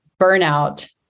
burnout